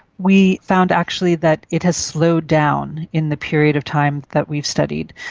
we found actually that it has slowed down in the period of time that we've studied.